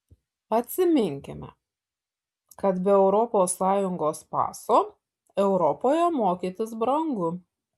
atsiminkime kad be europos sąjungos paso europoje mokytis brangu